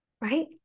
right